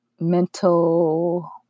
mental